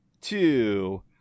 two